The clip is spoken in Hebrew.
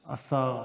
השר.